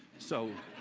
so